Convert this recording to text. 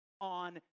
on